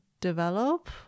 develop